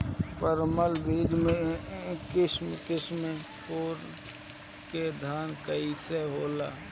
परमल बीज मे सिक्स सिक्स फोर के धान कईसन होला?